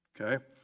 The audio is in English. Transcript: Okay